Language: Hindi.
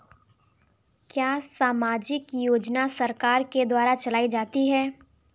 क्या सामाजिक योजना सरकार के द्वारा चलाई जाती है?